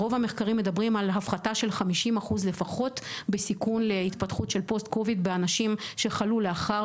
מדובר על ספקטרום מאוד רחב של תסמינים שונים בהתאם